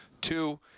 Two